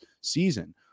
season